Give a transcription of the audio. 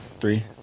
Three